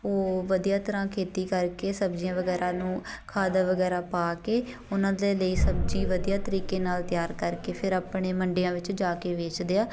ਉਹ ਵਧੀਆ ਤਰ੍ਹਾਂ ਖੇਤੀ ਕਰਕੇ ਸਬਜ਼ੀਆਂ ਵਗੈਰਾ ਨੂੰ ਖਾਦ ਵਗੈਰਾ ਪਾ ਕੇ ਉਹਨਾਂ ਦੇ ਲਈ ਸਬਜ਼ੀ ਵਧੀਆ ਤਰੀਕੇ ਨਾਲ਼ ਤਿਆਰ ਕਰਕੇ ਫਿਰ ਆਪਣੇ ਮੰਡੀਆਂ ਵਿੱਚ ਜਾ ਕੇ ਵੇਚਦੇ ਆ